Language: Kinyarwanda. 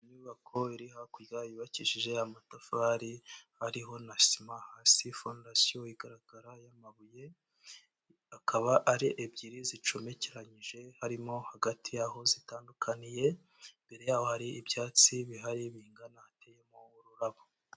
Inyubako iri hakurya yubakishije amatafari ariho na sima hasi fondasiyo igaragara y'amabuye, akaba ari ebyiri zicomekeranyije harimo hagati yaho zitandukaniye mbere yaho hari ibyatsi bihari bingana hateyemo ururabo.